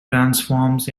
transforms